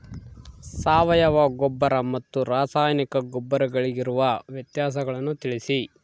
ಸಾವಯವ ಗೊಬ್ಬರ ಮತ್ತು ರಾಸಾಯನಿಕ ಗೊಬ್ಬರಗಳಿಗಿರುವ ವ್ಯತ್ಯಾಸಗಳನ್ನು ತಿಳಿಸಿ?